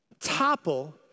topple